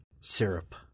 syrup